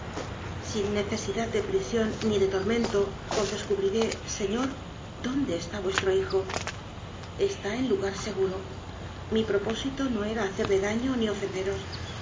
sin necesidad de prisión ni de tormento os descubriré señor dón de está vuestro hijo está en lugar seguro mi propósito no era hacerle daño ni ofenderos